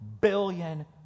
billion